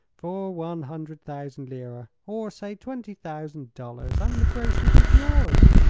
for one hundred thousand lira or say twenty thousand dollars and the bracelet is yours.